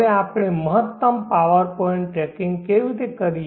હવે આપણે મહત્તમ પાવર પોઇન્ટ ટ્રેકિંગ કેવી રીતે કરીએ